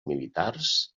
militars